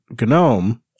GNOME